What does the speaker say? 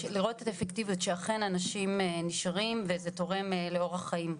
לראות את האפקטיביות שאכן אנשים נשארים וזה תורם לאורך חיים.